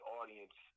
audience